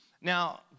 Now